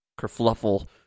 kerfluffle